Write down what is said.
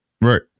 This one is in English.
Right